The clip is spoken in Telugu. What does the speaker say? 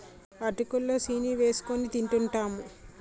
అటుకులు లో సీని ఏసుకొని తింటూంటాము